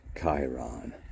Chiron